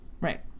Right